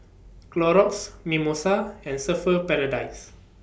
Clorox Mimosa and Surfer's Paradise